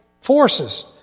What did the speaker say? forces